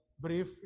brief